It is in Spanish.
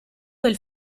del